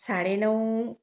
साडे नऊ